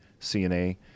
CNA